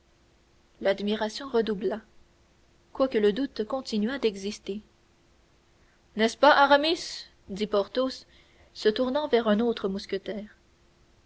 l'admiration redoubla quoique le doute continuât d'exister n'est-ce pas aramis dit porthos se tournant vers un autre mousquetaire